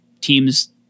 teams